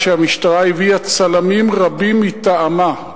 שהמשטרה הביאה צלמים רבים מטעמה,